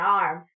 arm